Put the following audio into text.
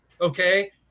okay